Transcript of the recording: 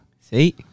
See